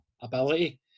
ability